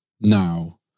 now